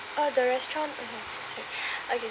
oh the restaurant okay